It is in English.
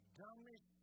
dumbest